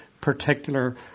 particular